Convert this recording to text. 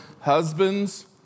Husbands